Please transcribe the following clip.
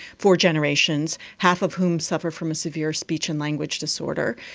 four generations, half of whom suffer from a severe speech and language disorder,